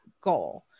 goal